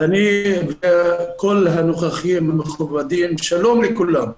וכל הנוכחים המכובדים, שלום לכולם.